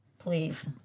Please